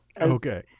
Okay